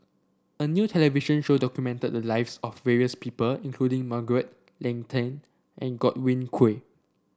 a new television show documented the lives of various people including Margaret Leng Tan and Godwin Koay